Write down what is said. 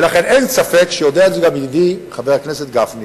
ולכן אין ספק שיודע את זה גם ידידי חבר הכנסת גפני,